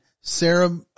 Sarah